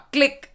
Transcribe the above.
Click